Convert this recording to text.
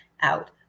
out